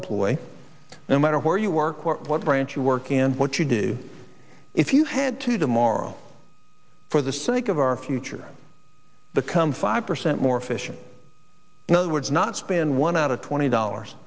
employee no matter where you work or what branch you work and what you do if you had to tomorrow for the sake of our future the come five percent more efficient in other words not spend one out of twenty dollars